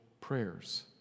prayers